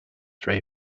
ray